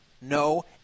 no